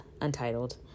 untitled